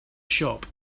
shop